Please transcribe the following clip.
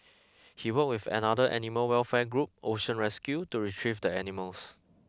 he worked with another animal welfare group Ocean Rescue to retrieve the animals